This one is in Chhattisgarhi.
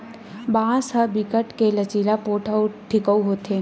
बांस ह बिकट के लचीला, पोठ अउ टिकऊ होथे